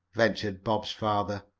ventured bob's father.